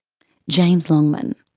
james longman.